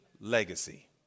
legacy